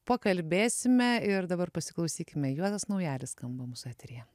pakalbėsime ir dabar pasiklausykime juozas naujalis skamba mūsų eteryje